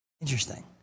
Interesting